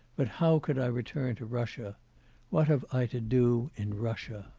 but how could i return to russia what have i to do in russia?